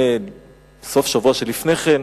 ובסוף השבוע שלפני כן,